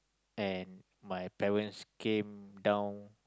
and my parents came down